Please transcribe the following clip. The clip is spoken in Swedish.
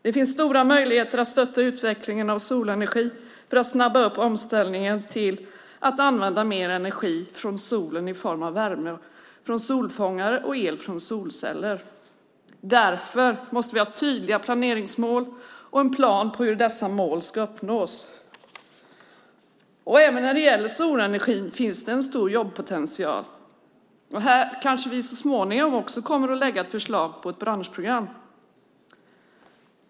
Det finns stora möjligheter att stötta utvecklingen av solenergi för att snabba upp omställningen till att använda mer energi från solen i form av värme från solfångare och el från solceller. Därför måste vi ha tydliga planeringsmål och en plan för hur dessa mål ska uppnås. Även när det gäller solenergin finns en stor jobbpotential. Här kommer vi kanske så småningom att lägga fram ett förslag på ett branschprogram.